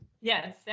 Yes